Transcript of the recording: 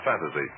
fantasy